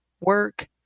work